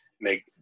make